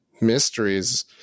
mysteries